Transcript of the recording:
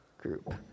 group